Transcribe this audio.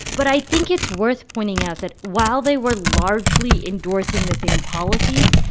but i think it's worth pointing out that while they were largely endorsing the same policies,